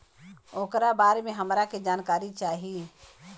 ओकरा बारे मे हमरा के जानकारी चाही?